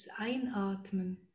einatmen